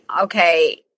okay